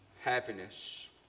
happiness